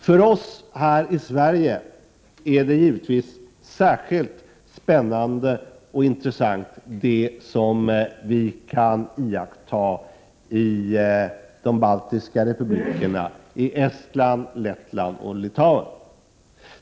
För oss här i Sverige är givetvis det som vi kan iaktta i de baltiska republikerna särskilt spännande och intressant — i Estland, Lettland och Litauen.